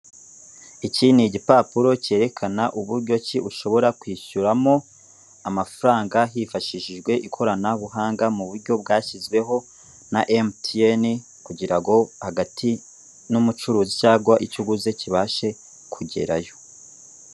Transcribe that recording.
Iki ni igipapuro cyerekana uburyo ki ushobora kwishyuramo amafaranga hifashishijwe ikoranabuhanga mu buryo bwashyizweho na mtn kugira ngo hagati n'umucuruzi cyangwa icyo uguze kibashe kugerayo.